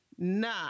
Nah